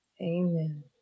Amen